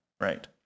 right